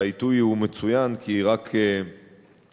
והעיתוי הוא מצוין, כי רק אתמול